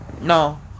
No